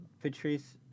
Patrice